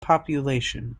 population